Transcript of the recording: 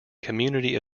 community